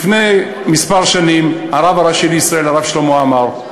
לפני כמה שנים הרב הראשי לישראל, הרב שלמה עמאר,